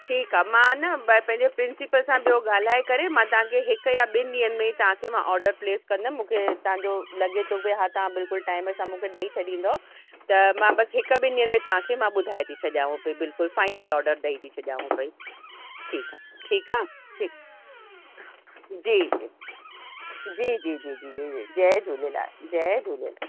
ठीकु आहे मां न ॿ पंहिंजो प्रिंसिपल सां ॿियो ॻाल्हाए करे मां तव्हां खे हिक या ॿिनि ॾींहंनि में ई तव्हां खे मां ऑडर प्लेस कंदमि मूंखे तव्हां जो लॻे थो भई कि हा तव्हां मूंखे बिल्कुलु टाइम सां ॾई छॾींदौ त मां बस हिकु ॿिनि ॾींहंनि में मां तव्हां खे ॿुधाए थी छॾियांव थी पई बिल्कुलु फ़ाइनल ऑडर ॾई थी छॾियांव पई ठीकु आहे ठीकु आहे ठीकु जी जी जी जी जी जी जी जय झूलेलाल जय झूलेलाल